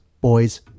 Boys